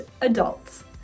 adults